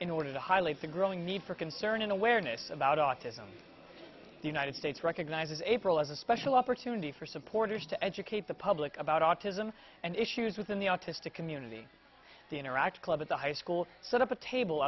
in order to highlight the growing need for concern in awareness about autism the united states recognizes april as a special opportunity for supporters to educate the public about autism and issues within the autistic community the interact club at the high school set up a table